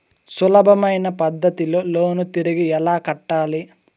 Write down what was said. సులభమైన పద్ధతిలో లోను తిరిగి ఎలా కట్టాలి